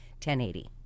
1080